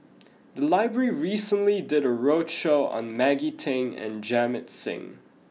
the library recently did a roadshow on Maggie Teng and Jamit Singh